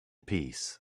peace